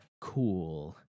cool